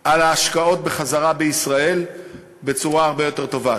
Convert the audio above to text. על ההשקעות בחזרה בישראל בצורה הרבה יותר טובה.